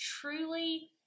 truly